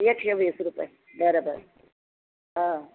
एकशे वीस रुपये बरं बरं हा